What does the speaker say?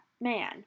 man